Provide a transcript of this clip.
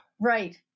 right